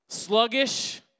sluggish